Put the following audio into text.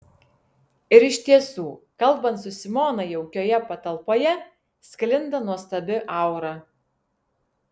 ir iš tiesų kalbant su simona jaukioje patalpoje sklinda nuostabi aura